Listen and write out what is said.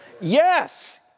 Yes